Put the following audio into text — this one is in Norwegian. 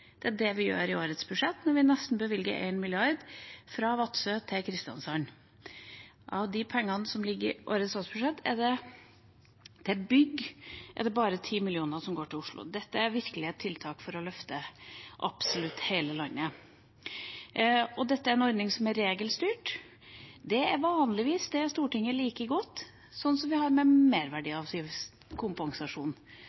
Det er det vi gjør i årets budsjett når vi bevilger nesten 1 mrd. kr fra Vadsø til Kristiansand. Av pengene som ligger i årets statsbudsjett til bygg, går bare 10 mill. kr til Oslo. Dette er virkelig et tiltak for å løfte absolutt hele landet, og er en ordning som er regelstyrt, slik som med merverdiavgiftkompensasjonen. Det er vanligvis noe Stortinget liker godt.